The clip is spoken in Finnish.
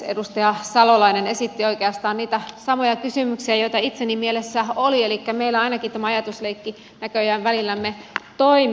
edustaja salolainen esitti oikeastaan niitä samoja kysymyksiä joita itsellänikin mielessä oli elikkä meillä ainakin tämä ajatusleikki näköjään välillämme toimi